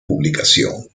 publicación